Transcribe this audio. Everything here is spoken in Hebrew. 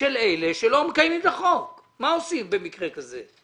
של אלה שלא מקיימים את החוק ומה עושים במקרה כזה.